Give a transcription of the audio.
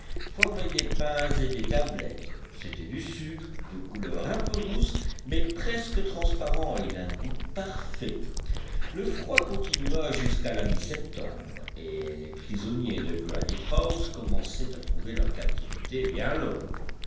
formait des pains et des tablettes c'était du sucre de couleur un peu rousse mais presque transparent et d'un goût parfait le froid continua jusqu'à la mi-septembre et les prisonniers de granite house commençaient à trouver leur captivité bien longue